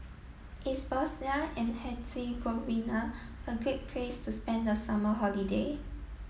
is Bosnia and Herzegovina a great place to spend the summer holiday